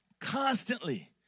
Constantly